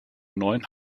neuen